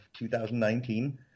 2019